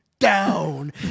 Down